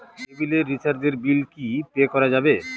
কেবিলের রিচার্জের বিল কি পে করা যাবে?